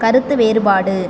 கருத்து வேறுபாடு